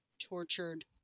tortured